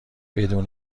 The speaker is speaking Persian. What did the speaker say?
بدون